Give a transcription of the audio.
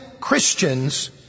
Christians